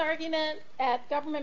argument at government